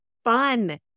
fun